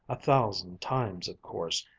a thousand times of course,